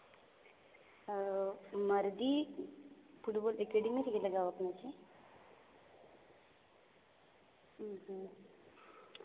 Mardi football academy ᱨᱮᱜᱮ ᱞᱟᱜᱟᱣ ᱠᱟᱱᱟ ᱥᱮ ᱦᱩᱸ ᱦᱩᱸ